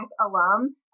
alum